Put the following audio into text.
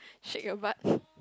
shake your butt